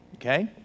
Okay